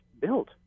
built